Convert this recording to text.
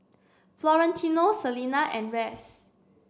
Florentino Selina and Rex